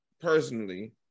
personally